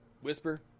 Whisper